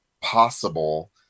possible